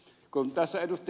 kun tässä ed